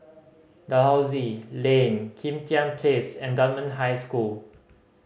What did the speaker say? Dalhousie Lane Kim Tian Place and Dunman High School